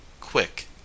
quick